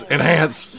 Enhance